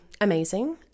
amazing